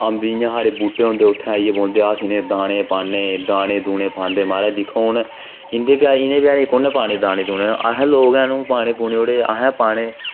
अम्ब इ'यां साढ़े बहूटे होंदे उत्थै आई बौह्दे अस इ'नेंगी दाने पाने दाने दूने पांदे म्हाराज दिक्खो हून इनें बचैरें गी कुन पाने दाने दूने आहें लोक गै हून पाने पूने जेह्ड़े